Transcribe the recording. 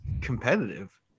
competitive